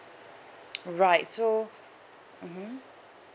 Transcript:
right so mmhmm